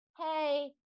hey